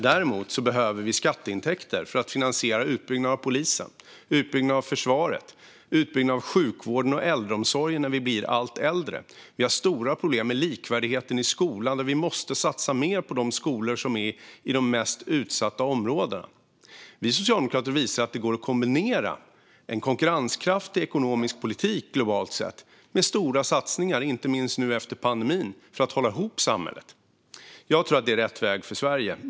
Däremot behöver vi skatteintäkter för att finansiera utbyggnaden av polisen, utbyggnaden av försvaret och utbyggnaden av sjukvården och äldreomsorgen när vi blir allt äldre. Vi har stora problem med likvärdigheten i skolan, där vi måste satsa mer på de skolor som finns i de mest utsatta områdena. Vi socialdemokrater visar att det går att kombinera en konkurrenskraftig ekonomisk politik globalt sett med stora satsningar, inte minst nu efter pandemin, för att hålla ihop samhället. Jag tror att det är rätt väg för Sverige.